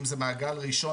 אם זה מעגל ראשון,